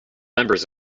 members